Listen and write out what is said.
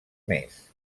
mes